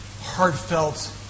heartfelt